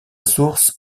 source